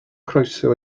croeso